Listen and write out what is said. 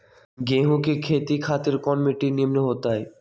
गेंहू की खेती खातिर कौन मिट्टी निमन हो ताई?